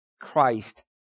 Christ